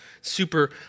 Super